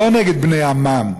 לא נגד בני עמם,